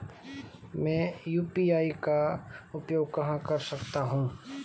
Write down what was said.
मैं यू.पी.आई का उपयोग कहां कर सकता हूं?